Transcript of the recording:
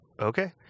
okay